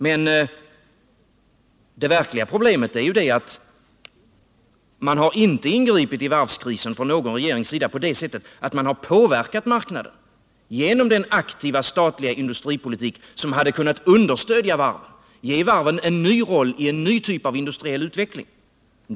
Men ingen regering har ingripit i varvskrisen på det sättet att man har påverkat marknaden genom en aktiv statlig industripolitik som hade kunnat understödja varven, ge varven en ny roll i en ny typ av industriell utveckling.